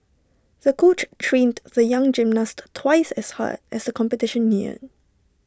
the coach trained the young gymnast twice as hard as the competition neared